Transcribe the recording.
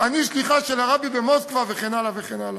אני שליחה של הרבי במוסקבה וכן הלאה וכן הלאה.